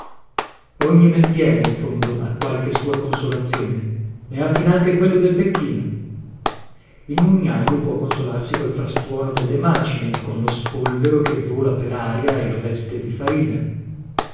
ogni mestiere in fondo ha qualche sua consolazione ne ha finanche quello del becchino il mugnajo può consolarsi col frastuono delle macine e con lo spolvero che vola per aria e lo veste di farina